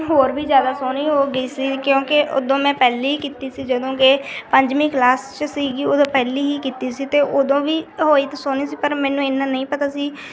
ਹੋਰ ਵੀ ਜ਼ਿਆਦਾ ਸੋਹਣੀ ਹੋ ਗਈ ਸੀ ਕਿਉਂਕਿ ਉਦੋਂ ਮੈਂ ਪਹਿਲੀ ਕੀਤੀ ਸੀ ਜਦੋਂ ਕਿ ਪੰਜਵੀਂ ਕਲਾਸ 'ਚ ਸੀਗੀ ਉਦੋਂ ਪਹਿਲੀ ਹੀ ਕੀਤੀ ਸੀ ਅਤੇ ਉਦੋਂ ਵੀ ਹੋਈ ਤਾਂ ਸੋਹਣੀ ਸੀ ਪਰ ਮੈਨੂੰ ਇੰਨਾ ਨਹੀਂ ਪਤਾ ਸੀ